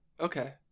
Okay